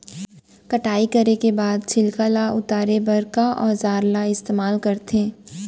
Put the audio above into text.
कटाई करे के बाद छिलका ल उतारे बर का औजार ल इस्तेमाल करथे?